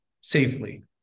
safely